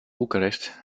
bucharest